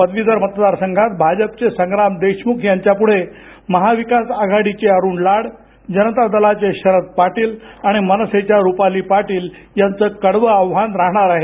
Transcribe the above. पदवीधर मतदार संघात भाजपचे संग्राम देशमुख यांच्यापुढे महाविकास आघाडीचे अरुण लाड जनता दलाचे शरद पाटील आणि मनसेच्या रुपाली पाटील यांचं कडवं आव्हान राहणार आहे